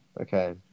Okay